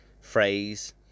phrase